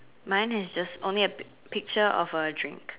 mine is just only a pic~ picture of a drink